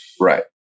Right